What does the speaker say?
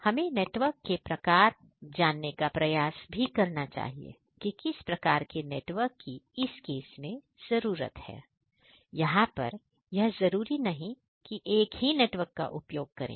हमें नेटवर्क के प्रकार जानने का प्रयास करना चाहिए कि किस प्रकार के नेटवर्क की इस केस में जरूरत है यहां पर जरूरी नहीं कि एक नेटवर्क का उपयोग करें